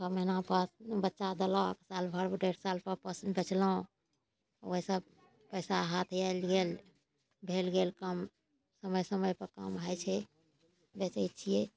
छओ महीना पर बच्चा देलक साल भरी डेढ़ साल पर पोस बेचलौ ओहिसऽ पैसा हाथ आयल गेल भेल गेल काम समय समय पर काम होय छै बेचै छियै